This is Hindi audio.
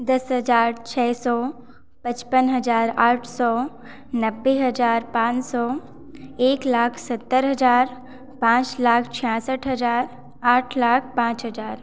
दस हज़ार छः सौ पचपन हज़ार आठ सौ नब्बे हज़ार पाँच सौ एक लाख सत्तर हज़ार पाँच लाख छियासठ हज़ार आठ लाख पाँच हज़ार